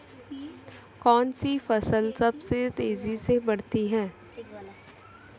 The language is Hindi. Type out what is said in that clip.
कौनसी फसल सबसे तेज़ी से बढ़ती है?